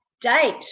date